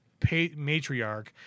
matriarch